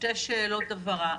שתי שאלות הבהרה.